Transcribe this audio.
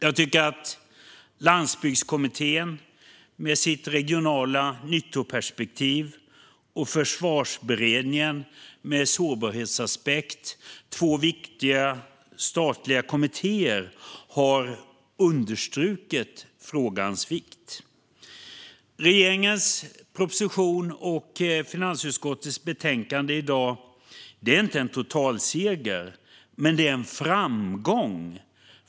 Jag tycker att Landsbygdskommittén med sitt regionala nyttoperspektiv och Försvarsberedningen med sårbarhetsaspekten, två viktiga statliga kommittéer, har understrukit frågans vikt. Regeringens proposition och finansutskottets betänkande i dag är inte en totalseger, men det är en framgång.